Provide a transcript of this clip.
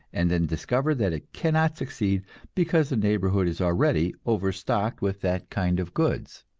and then discover that it cannot succeed because the neighborhood is already overstocked with that kind of goods.